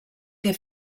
que